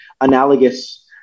analogous